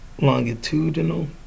longitudinal